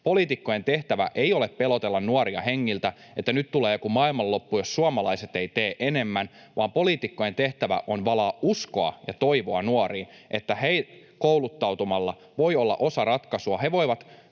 Poliitikkojen tehtävä ei ole pelotella nuoria hengiltä, että nyt tulee joku maailmanloppu, jos suomalaiset eivät tee enemmän, vaan poliitikkojen tehtävä on valaa uskoa ja toivoa nuoriin, että he kouluttautumalla voivat olla osa ratkaisua, he voivat